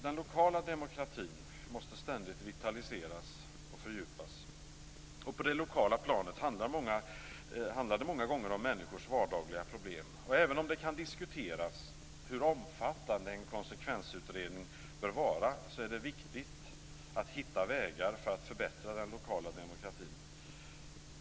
Den lokala demokratin måste ständigt vitaliseras och fördjupas. På det lokala planet handlar det många gånger om människors vardagliga problem. Även om det kan diskuteras hur omfattande en konsekvensutredning bör vara är det viktigt att hitta vägar för att förbättra den lokala demokratin.